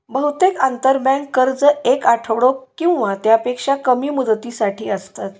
बहुतेक आंतरबँक कर्ज येक आठवडो किंवा त्यापेक्षा कमी मुदतीसाठी असतत